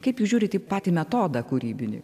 kaip jūs žiūrit į patį metodą kūrybinį